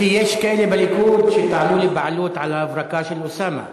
כי יש כאלה בליכוד שטענו לבעלות על ההברקה של אוסאמה.